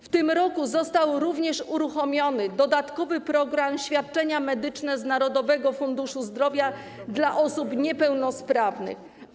W tym roku został uruchomiony również dodatkowy program: „Świadczenia medyczne z Narodowego Funduszu Zdrowia dla osób niepełnosprawnych”